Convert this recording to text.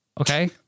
Okay